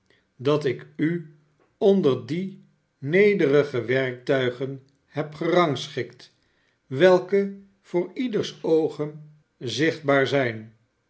dat ik u onder die nederige werktuigen heb gerangschikt welke voor ieders oogen zichtbaar zijn